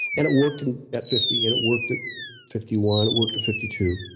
and it worked and at fifty, and it worked at fifty one, it worked at fifty two.